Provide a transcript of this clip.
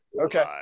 Okay